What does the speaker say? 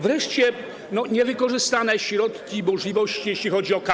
Wreszcie: niewykorzystane środki, możliwości, jeśli chodzi o KPO.